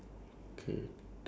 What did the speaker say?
I only got two